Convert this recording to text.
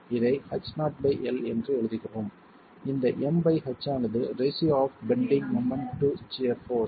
இதை H not by l என்று எழுதுகிறோம் இந்த M பை H ஆனது ratio of bending moment to shear force